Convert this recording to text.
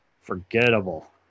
Forgettable